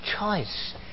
choice